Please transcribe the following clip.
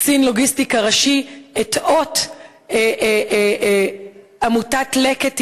קצין לוגיסטיקה ראשי, את אות עמותת "לקט ישראל",